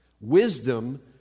Wisdom